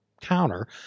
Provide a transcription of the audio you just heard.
counter